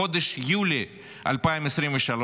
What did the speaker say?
בחודש יולי 2023,